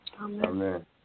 Amen